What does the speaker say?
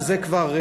וזה כבר,